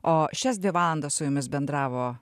o šias dvi valandas su jumis bendravo